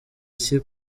iki